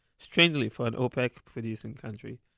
strangely for an opec producing country